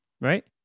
Right